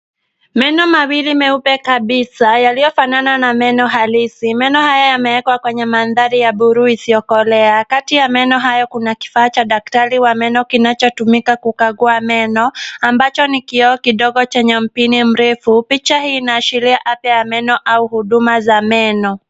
Meno mawili meupe kabisa yaliyofanana na meno halisi meno haya yamewekwa kwenye mandhari ya bluu isiyokolea. Kati ya meno hayo kuna kifaa cha daktari wa meno kinachotumika kukagua meno ambacho ni kioo kidogo chenye mpini mrefu. Picha hii inaashiria afya ya meno au huduma za meno.